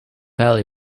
early